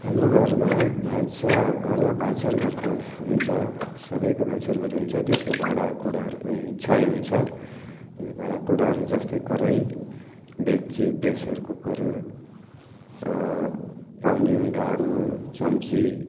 हाम्रो घरमा भान्सा घरमा भान्साघर त हुन्छ सबैको भान्साघर हुन्छ त्यसमा भाँडाकुँडाहरू पनि छन् हुन्छ भाँडाकुँडाहरू जस्तै कराई डेक्ची प्रेसर कुकर पन्यु डाडु चम्ची